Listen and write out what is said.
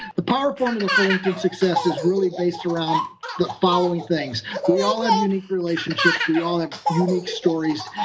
the power formula for linkedin success is really based around the following things. we all have unique relationships, we all have unique stories,